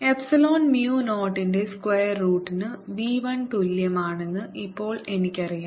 epsilon mu 0 ന്റെ square റൂട്ടിന് v 1 തുല്യമാണെന്ന് ഇപ്പോൾ എനിക്കറിയാം